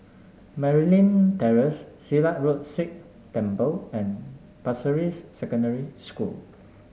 Merryn Terrace Silat Road Sikh Temple and Pasir Ris Secondary School